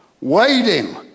waiting